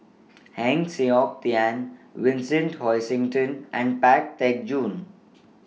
Heng Siok Tian Vincent Hoisington and Pang Teck Joon